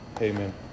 Amen